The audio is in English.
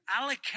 allocate